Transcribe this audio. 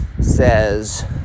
says